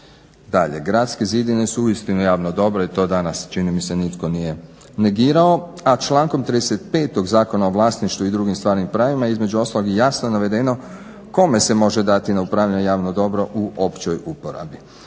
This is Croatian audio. Dalje, gradske zidine su uistinu javno dobro i to danas čini mi se nitko nije negirao a člankom 35.Zakona o vlasništvu i drugim stvarnim pravima između ostalog je jasno navedeno kome se može dati na upravljanje javno dobro u općoj uporabi.